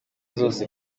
zose